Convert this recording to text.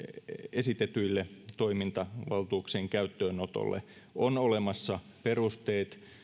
esitetyille toimintavaltuuksien käyttöönotolle on olemassa perusteet